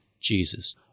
Jesus